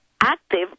active